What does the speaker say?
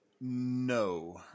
no